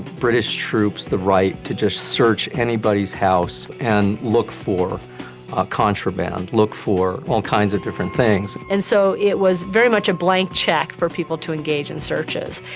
british troops the right to just search anybody's house and look for contraband. look for all kinds of different things. and so it was very much a blank check for people to engage in searches.